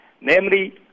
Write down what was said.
namely